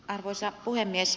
arvoisa puhemies